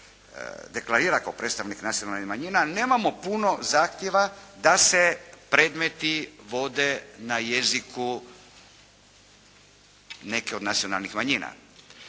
deklarira kao predstavnik nacionalnih manjina. Nemamo puno zahtjeva da se predmeti vode na jeziku neke od nacionalnih manjina.